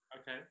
Okay